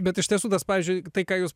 bet iš tiesų tas pavyzdžiui tai ką jūs